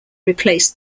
replaced